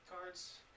cards